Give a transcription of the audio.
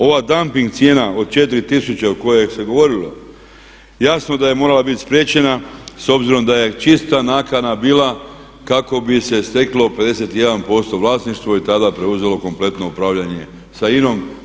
Ova damping cijena od 4 tisuće o koje se govorilo jasno da je morala biti spriječena s obzirom da je čista nakana bila kako bi se steklo 51% vlasništvo i tada preuzelo kompletno upravljanje sa INOM.